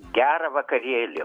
gerą vakarėlį